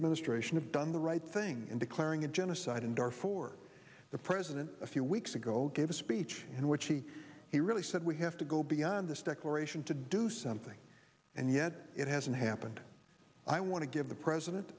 administration have done the right thing in declaring a genocide in darfur the president a few weeks ago gave a speech in which he he really said we have to go beyond this declaration to do something and yet it hasn't happened i want to give the president